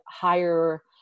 higher